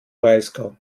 breisgau